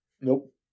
Nope